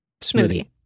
Smoothie